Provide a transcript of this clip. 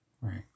right